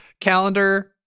Calendar